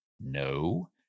No